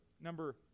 Number